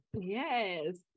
Yes